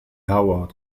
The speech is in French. harvard